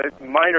minor